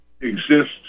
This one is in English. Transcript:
exists